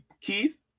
Keith